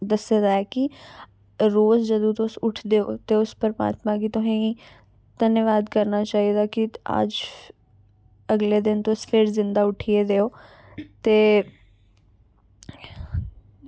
दस्से दा ऐ कि रोज जदूं तुस उठदे ओ ते उस परमात्मा गी तुसें गी धन्यबाद करना चाहिदा कि अज्ज अगले दिन तुस फिर जींदा उट्ठी गेदे ओ ते